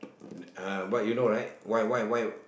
uh but you know right why why why